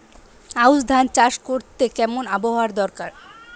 আউশ ধান চাষ করতে কেমন আবহাওয়া দরকার?